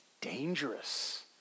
dangerous